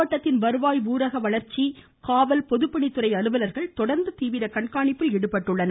மாவட்டத்தின் வருவாய் ஊரக வளர்ச்சி காவல் பொதுப்பணித்துறை அலுவலர்கள் தொடர்ந்து தீவிர கண்காணிப்பில் ஈடுபட்டுள்ளனர்